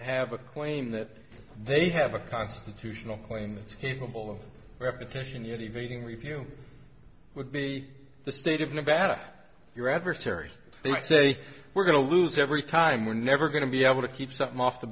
have a claim that they have a constitutional claim that's capable of repetition yet evading review would be the state of nevada your adversary would say we're going to lose every time we're never going to be able to keep something off the